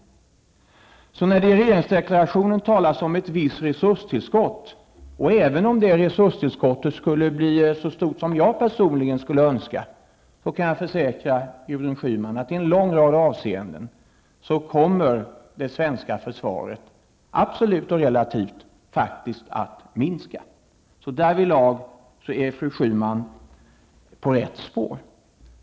När det i regeringsdeklarationen talas om ett visst resurstillskott -- även om detta skulle bli så stort som jag personligen önskar -- kan jag försäkra Gudrun Schyman om att det svenska försvaret kommer, absolut och relativt, faktiskt att minska i en lång rad avseenden. Därvidlag är fru Schyman inne på rätt spår.